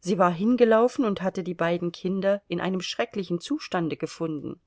sie war hingelaufen und hatte die beiden kinder in einem schrecklichen zustande gefunden